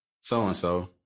So-and-so